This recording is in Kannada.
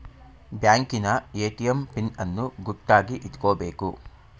ಬ್ಯಾಂಕಿನ ಎ.ಟಿ.ಎಂ ಪಿನ್ ಅನ್ನು ಗುಟ್ಟಾಗಿ ಇಟ್ಕೊಬೇಕು